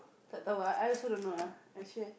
ah I also don't know ah actually